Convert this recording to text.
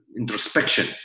introspection